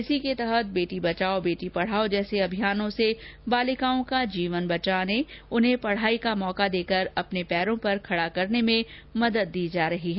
इसी के तहत बेटी बचाओ बेटी पढाओ जैसे अभियानों से बालिकाओं का जीवन बचाने उन्हें पढाई का मौका देकर अपने पैरों पर खड़ा करने में मदद मिल रही है